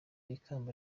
ikamba